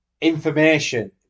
information